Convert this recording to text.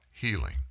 healing